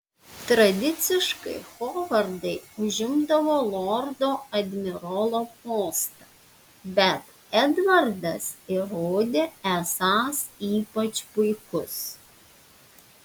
tradiciškai hovardai užimdavo lordo admirolo postą bet edvardas įrodė esąs ypač puikus